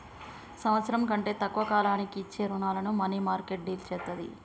సంవత్సరం కంటే తక్కువ కాలానికి ఇచ్చే రుణాలను మనీమార్కెట్ డీల్ చేత్తది